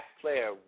player